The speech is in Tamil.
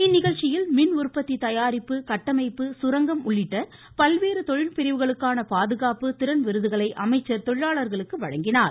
இந்நிகழ்ச்சியில் மின்உற்பத்தி தயாரிப்பு கட்டமைப்பு சுரங்கம் உள்ளிட்ட பல்வேறு தொழிற்பிரிவுகளுக்கான பாதுகாப்பு திறன் விருதுகளை அமைச்சர் தொழிலாளர்களுக்கு வழங்கினார்